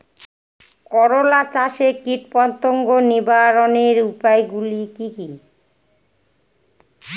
করলা চাষে কীটপতঙ্গ নিবারণের উপায়গুলি কি কী?